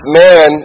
man